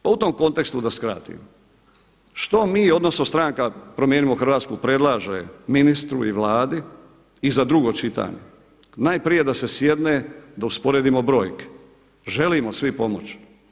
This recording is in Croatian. Pa u tom kontekstu da skratim, što mi odnosno stranka Promijenimo Hrvatsku predlaže ministru i Vladi i za drugo čitanje, najprije da se sjedne da usporedimo brojke, želimo svi pomoć.